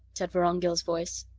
said vorongil's voice.